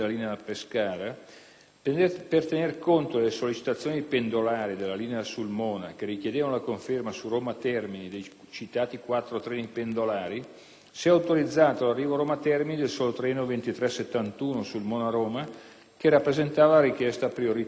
per tenere conto delle sollecitazioni dei pendolari della linea da Sulmona che richiedevano la conferma su Roma Termini dei citati quattro treni pendolari, si è autorizzato l'arrivo a Roma Termini del solo treno 2371 Sulmona-Roma che rappresentava la richiesta prioritaria dei pendolari.